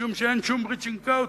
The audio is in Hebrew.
משום שאין שום reaching out.